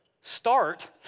start